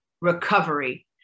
recovery